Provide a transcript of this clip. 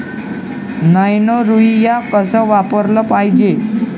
Nano urea कस वापराले पायजे?